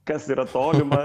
kas yra tolima